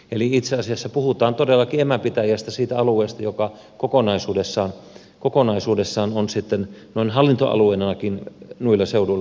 eli itse asiassa puhutaan todellakin emäpitäjästä siitä alueesta joka kokonaisuudessaan on sitten noin hallintoalueenakin noilla seuduilla toiminut